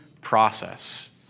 process